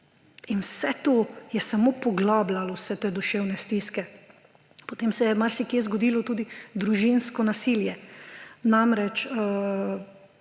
Vse to je samo poglabljalo vse te duševne stiske. Potem se je marsikje zgodilo tudi družinsko nasilje. Namreč,